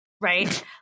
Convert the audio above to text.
right